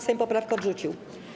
Sejm poprawkę odrzucił.